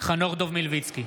חנוך דב מלביצקי,